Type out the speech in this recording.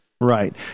Right